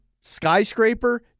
skyscraper